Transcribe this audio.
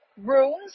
rooms